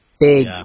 big